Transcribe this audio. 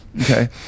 okay